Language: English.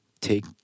take